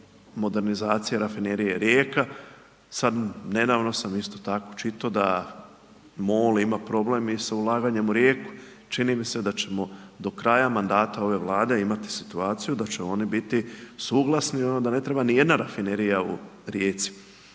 modernizacija rafinerije Rijeka. Sada nedavno sam isto tako čitao, da MOL ima problem i sa ulaganjem u Rijeku. Čini mi se da ćemo do kraja mandata ove vlade, imati situaciju, da će oni biti suglasni i da ne treba niti jedna rafinerija u Rijeci.